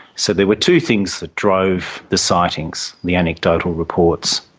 so there were two things that drove the sightings the anecdotal reports,